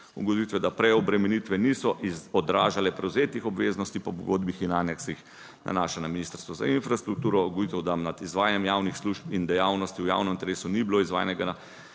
ugotovitve, da preobremenitve niso odražale prevzetih obveznosti po pogodbah in aneksih, nanaša na Ministrstvo za infrastrukturo, ugotovitev, da nad izvajanjem javnih služb in dejavnosti v javnem interesu ni bilo izvajanega